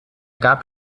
gab